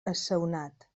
assaonat